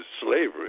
slavery